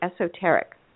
esoteric